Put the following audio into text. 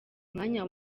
umwanya